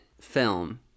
film